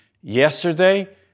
Yesterday